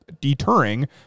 deterring